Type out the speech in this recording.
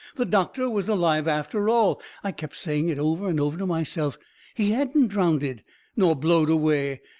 the doctor was alive after all i kept saying it over and over to myself he hadn't drownded nor blowed away.